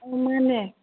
ꯑꯧ ꯃꯥꯟꯅꯦ